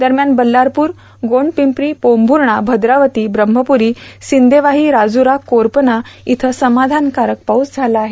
दरम्यान बल्लारपूर गोंडपिंपरी पोंभूर्णा भद्रावती ब्रम्हपूरी सिंदेवाही राज्ररा कोरपना इथं समाधानकारक पाऊस झाला आहे